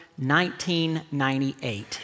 1998